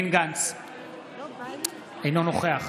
אינו נוכח